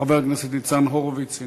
חבר הכנסת ניצן הורוביץ,